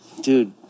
dude